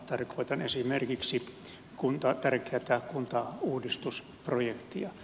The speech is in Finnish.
tarkoitan esimerkiksi tärkeätä kuntauudistusprojektia